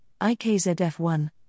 IKZF1